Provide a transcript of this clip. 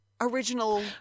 original